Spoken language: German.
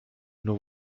nur